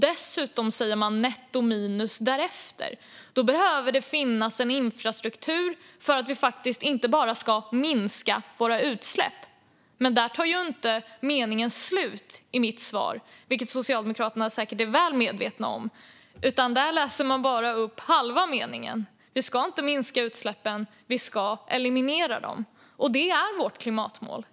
Dessutom talar man om nettominus därefter. Då behöver det finnas en infrastruktur för att vi inte bara ska minska våra utsläpp. Men där tar ju inte meningen slut i mitt svar, vilket Socialdemokraterna säkert är väl medvetna om. Man läser bara upp halva meningen. Vi ska inte minska utsläppen utan eliminera dem. Det är vårt klimatmål.